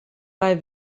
bei